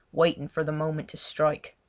waiting for the moment to strike.